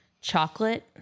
chocolate